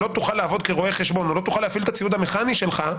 לא תוכל לעבוד כרואה חשבון או לא תוכל להפעיל את הציוד המכני שלך,